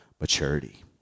maturity